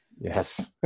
Yes